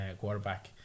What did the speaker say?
quarterback